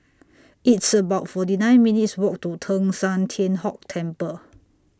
It's about forty nine minutes' Walk to Teng San Tian Hock Temple